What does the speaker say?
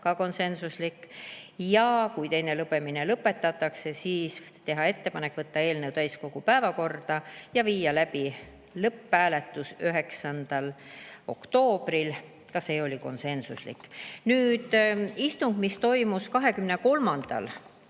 oli konsensuslik; ja kui teine lugemine lõpetatakse, siis teha ettepanek võtta eelnõu täiskogu päevakorda ja viia läbi lõpphääletus 9. oktoobril. Ka see oli konsensuslik otsus. Nüüd, istung, mis toimus 23.